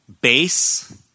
Base